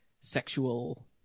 sexual